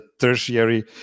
tertiary